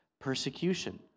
persecution